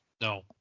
No